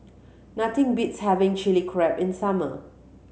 nothing beats having Chili Crab in summer